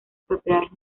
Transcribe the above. propiedades